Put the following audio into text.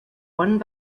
one